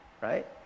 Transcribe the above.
right